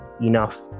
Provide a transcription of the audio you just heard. enough